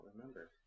remember